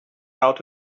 out